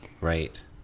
right